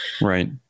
Right